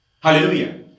Hallelujah